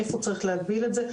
איפה צריך להגביל את זה,